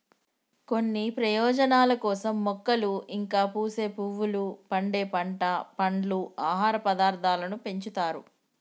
కొన్ని ప్రయోజనాల కోసం మొక్కలు ఇంకా పూసే పువ్వులు, పండే పంట, పండ్లు, ఆహార పదార్థాలను పెంచుతారు